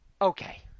okay